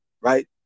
right